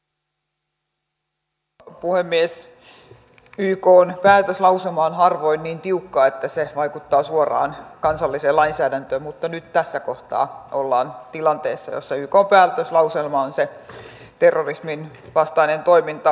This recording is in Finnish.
ykn päätöslauselma on harvoin niin tiukka että se vaikuttaa suoraan kansalliseen lainsäädäntöön mutta nyt tässä kohtaa ollaan tilanteessa jossa ykn päätöslauselma on se terrorisminvastainen toiminta